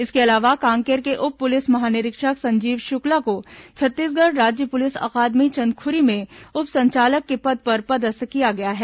इसके अलावा कांकेर के उप पुलिस महानिरीक्षक संजीव शुक्ला को छत्तीसगढ़ राज्य पुलिस अकादमी चंदखुरी में उप संचालक के पद पर पदस्थ किया गया है